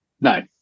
No